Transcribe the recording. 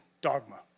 dogma